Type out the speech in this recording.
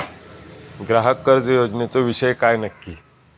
ग्राहक कर्ज योजनेचो विषय काय नक्की?